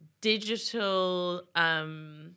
digital